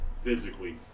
physically